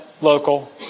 local